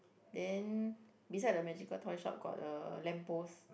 then beside the magical toy shop got a lamp post